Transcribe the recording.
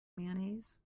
mayonnaise